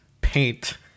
paint